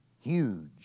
huge